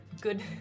good